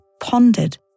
pondered